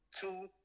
two